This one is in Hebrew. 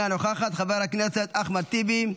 אינה נוכחת, חבר הכנסת אחמד טיבי,